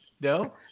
No